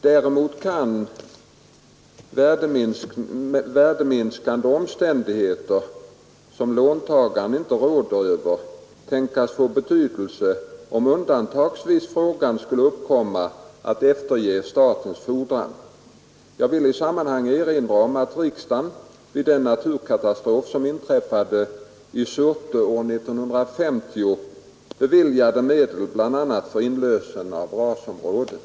Däremot kan värdeminskande omständigheter som låntagaren inte råder över tänkas få betydelse, om undantagsvis fråga skulle uppkomma att efterge statens fordran. Jag vill i sammanhanget erinra om att riksdagen vid den naturkatastrof som inträffade i Surte år 1950 beviljade medel bl.a. för inlösen av rasområdet.